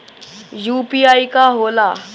UPI का होला?